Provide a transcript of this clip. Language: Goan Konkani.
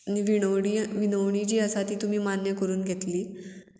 विणवणी विणवणी जी आसा ती तुमी मान्य करून घेतली